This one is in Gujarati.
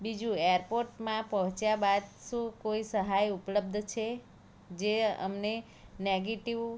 બીજું એરપોર્ટમાં પહોંચ્યા બાદ શું કોઈ સહાય ઉપલબ્ધ છે જે અમને નેગેટિવ